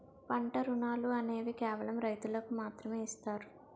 పంట రుణాలు అనేవి కేవలం రైతులకు మాత్రమే ఇస్తారు